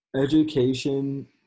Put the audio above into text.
education